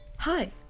Hi